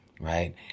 right